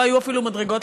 לא היו אפילו מדרגות,